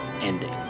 ending